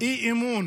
אי-אמון